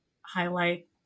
highlight